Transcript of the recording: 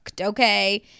Okay